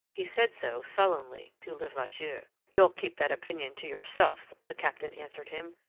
he said so, sullenly, to levasseur. you'll keep that opinion to yourself, the captain answered him.